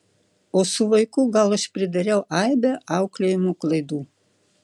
o su vaiku gal aš pridariau aibę auklėjimo klaidų